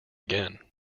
again